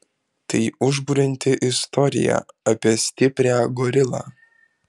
tai užburianti istorija apie stiprią gorilą